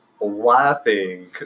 laughing